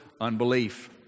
unbelief